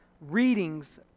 readings